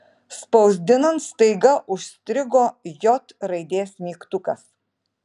spausdinant staiga užstrigo j raidės mygtukas